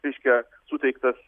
reiškia suteiktas